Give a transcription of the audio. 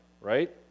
right